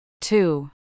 two